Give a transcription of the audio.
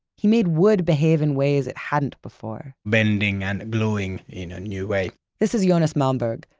he made wood behave in ways it hadn't before. bending and gluing in a new way. this is jonas moberg,